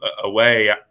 away